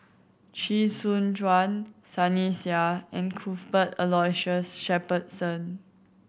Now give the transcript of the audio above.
Chee Soon Juan Sunny Sia and Cuthbert Aloysius Shepherdson